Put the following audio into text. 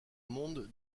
monde